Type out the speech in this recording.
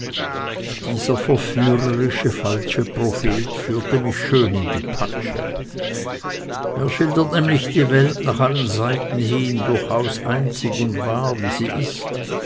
dieser verführerische falsche prophet führte mich schön in die patsche er schildert nämlich die welt nach allen seiten hin durchaus einzig und wahr wie sie ist